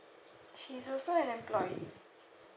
she's also an employee